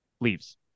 Leaves